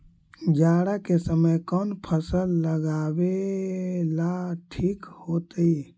जाड़ा के समय कौन फसल लगावेला ठिक होतइ?